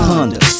Honda